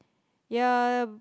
ya